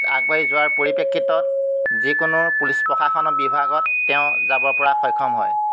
আগুৱাই যোৱাৰ পৰিপ্ৰেক্ষিতত যিকোনো পুলিচ প্ৰশাসনৰ বিভাগত তেওঁ যাবৰপৰা সক্ষম হয়